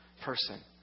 person